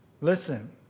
Listen